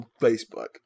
Facebook